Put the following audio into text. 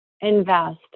invest